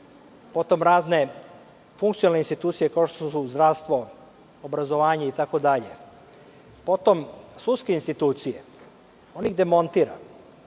potom razne funkcionalne institucije, kao što su zdravstvo, obrazovanje, itd, potom sudske institucije, on ih demontira.